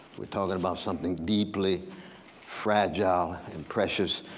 we're talking about something deeply fragile and precious,